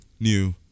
new